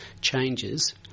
changes